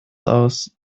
aus